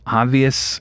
obvious